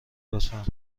لطفا